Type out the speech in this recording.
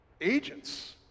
agents